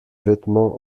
vêtements